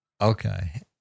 Okay